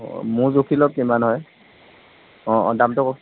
অঁ মোৰ জুখি লওক কিমান হয় অঁ অঁ দামটো কওক